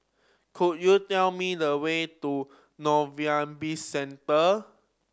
could you tell me the way to Novelty Bizcentre